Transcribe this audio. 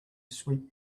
sweep